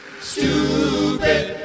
stupid